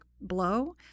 blow